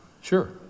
sure